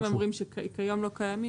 אם אומרים שכיום לא קיימים,